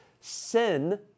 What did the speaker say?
sin